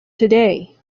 today